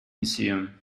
museum